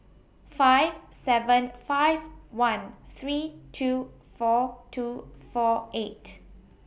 five seven five one three two four two four eight